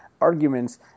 arguments